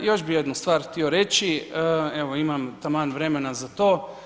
Još bi jednu stvar htio reći, evo imam taman vremena za to.